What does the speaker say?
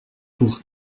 pour